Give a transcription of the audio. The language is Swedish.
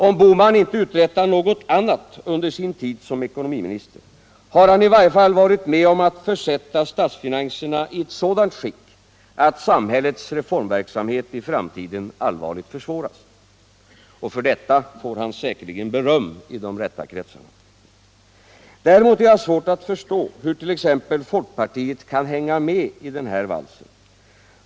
Om herr Bohman inte uträttar något annat under sin tid som ekonomiminister, har han i varje fall varit med om att försätta statsfinanserna i ett sådant skick att samhällets reformverksamhet i framtiden allvarligt försvåras. För detta får han säkerligen beröm i de rätta kretsarna. Däremot har jag svårt att förstå hur t.ex. folkpartiet kan hänga med i den här valsen.